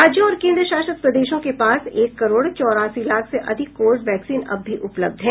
राज्यों और केन्द्रशासित प्रदेशों के पास एक करोड़ चौरासी लाख से अधिक कोविड वैक्सीन अब भी उपलब्ध हैं